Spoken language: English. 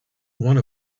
one